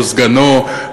לא סגנו,